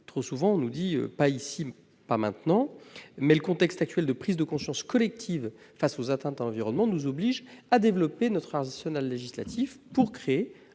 Trop souvent, on nous rétorque :« Pas ici, pas maintenant », mais le contexte actuel de prise de conscience collective face aux atteintes à l'environnement nous oblige à développer notre arsenal législatif, pour créer